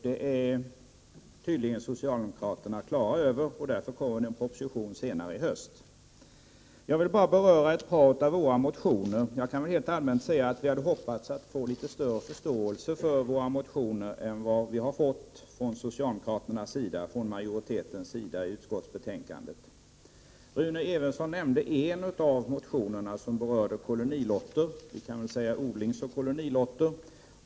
Det är tydligen socialdemokraterna klara över, och därför kommer en proposition senare i höst. Jag vill beröra ett par av våra motioner. Rent allmänt hade vi hoppats få litet större förståelse för våra motioner än vi har fått från utskottsmajoritetens sida i betänkandet. Rune Evensson tog upp den motion som handlar om kolonioch odlingslotter.